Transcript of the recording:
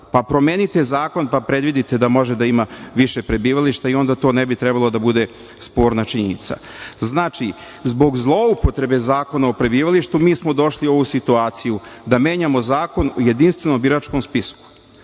Pa, promenite zakon, pa predvidite da može da ima više prebivališta i onda to ne bi trebalo da bude sporna činjenica. Znači, zbog zloupotrebe Zakona o prebivalištu mi smo došli u ovu situaciju da menjamo Zakon o jedinstvenom biračkom spisku,